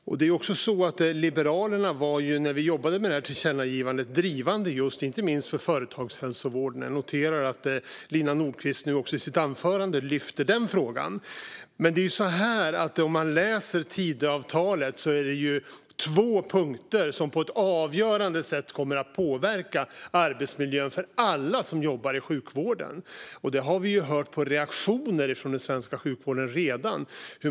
När vi jobbade med tillkännagivandet var Liberalerna drivande för inte minst företagshälsovården. Jag noterar också att Lina Nordquist i sitt anförande lyfte fram den frågan. I Tidöavtalet är det två punkter som på ett avgörande sätt kommer att påverka arbetsmiljön för alla som jobbar i sjukvården. Det har vi redan hört på reaktioner från den svenska sjukvården.